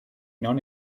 non